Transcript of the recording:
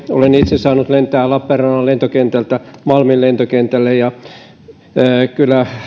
olen itse saanut lentää lappeenrannan lentokentältä malmin lentokentälle kyllä